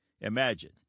imagine